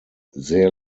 sehr